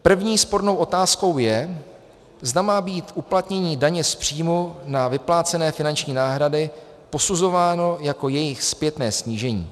První spornou otázkou je, zda má být uplatnění daně z příjmu na vyplácené finanční náhrady posuzováno jako jejich zpětné snížení.